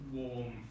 warm